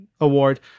Award